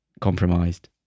compromised